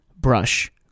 brush